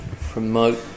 promote